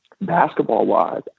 Basketball-wise